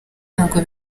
ntabwo